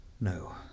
No